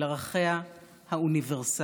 אל ערכיה האוניברסליים,